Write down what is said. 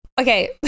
Okay